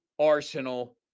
Arsenal